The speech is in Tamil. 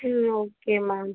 ம் ஓகே மேம்